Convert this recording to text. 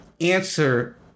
answer